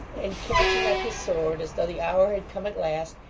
and catching up his sword as though the hour had come at last,